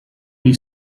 gli